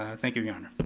ah thank you, your honor.